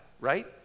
right